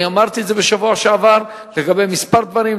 אני אמרתי את זה בשבוע שעבר לגבי כמה דברים,